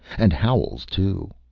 and howells, too.